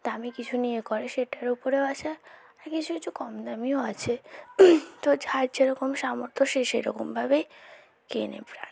দামি কিছু নিয়ে এ করে সেটার ওপরেও আছে আর কিছু কিছু কম দামিও আছে তো যার যেরকম সামর্থ্য সে সেরকমভাবেই কেনে প্রায়